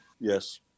Yes